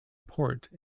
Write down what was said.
port